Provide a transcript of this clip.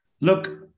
Look